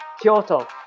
Kyoto